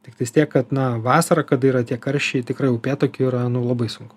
tiktai tiek kad na vasarą kada yra tie karščiai tikrai upėtakiui yra labai sunku